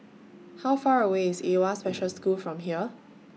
How Far away IS AWWA Special School from here